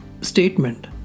statement